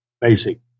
basic